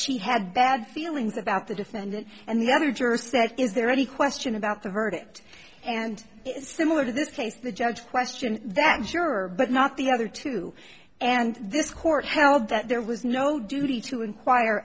she had bad feelings about the defendant and the other jurors said is there any question about the verdict and it's similar to this place the judge question that i'm sure but not the other two and this court held that there was no duty to inquire